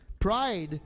Pride